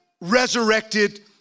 resurrected